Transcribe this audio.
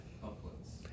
Couplets